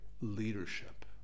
leadership